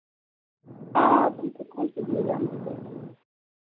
हाँ आप हमको फोन करिएगा हम बता देंगे